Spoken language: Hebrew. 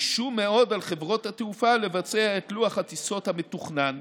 הקשו מאוד על חברות התעופה לבצע את לוח הטיסות המתוכנן,